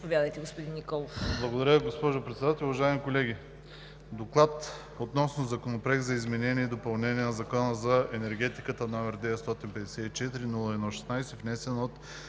Заповядайте, господин Николов.